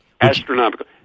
Astronomical